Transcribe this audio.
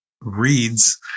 reads